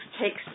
takes